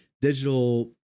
digital